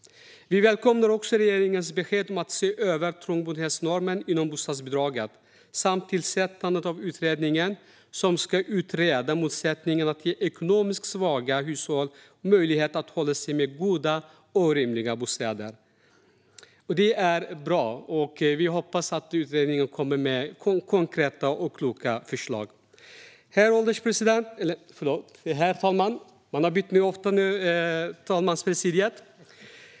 Vi välkomnar regeringens besked om att se över trångboddhetsnormen inom bostadsbidraget samt tillsättandet av utredningen som ska utreda målsättningen att ge ekonomiskt svaga hushåll möjlighet att hålla sig med goda och rymligare bostäder. Det är bra, och vi hoppas att utredningen kommer med konkreta och kloka förslag. Herr talman!